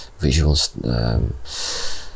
visuals